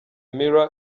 mirror